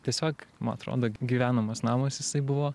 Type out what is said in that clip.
tiesiog man atrodo gyvenamas namas jisai buvo